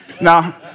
Now